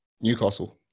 Newcastle